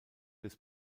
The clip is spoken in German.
des